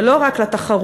ולא רק לתחרות,